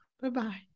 Bye-bye